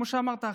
כמו שאמרת,